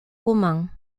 comment